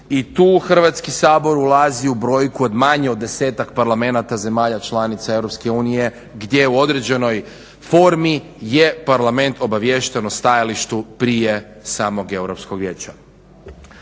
i tu Hrvatski sabor ulazi u brojku od manje od desetak parlamenata zemalja članica EU gdje u određenoj formi je parlament obaviješten o stajalištu prije samog europskog vijeća.